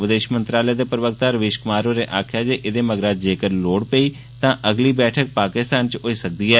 विदेष मंत्रालय दे प्रवक्ता रवीष कुमार होरें आखेआ जे एह्दे मगरा जेकर लोड़ पेई तां अगली बैठक पाकिस्तान च होई सकदी ऐ